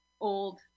old